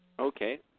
Okay